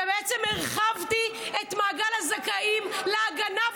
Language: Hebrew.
בעצם הרחבתי את מעגל הזכאים להגנה.